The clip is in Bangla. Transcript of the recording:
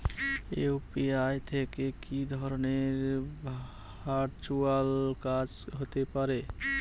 ইউ.পি.আই থেকে কি ধরণের ভার্চুয়াল কাজ হতে পারে?